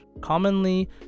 commonly